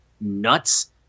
nuts